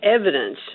evidence